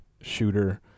shooter